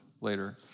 later